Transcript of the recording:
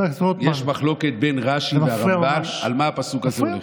יש מחלוקת בין רש"י לרמב"ן על מה הפסוק הזה הולך.